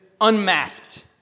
unmasked